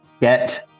Get